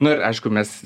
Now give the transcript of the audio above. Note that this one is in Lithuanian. nu ir aišku mes